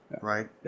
right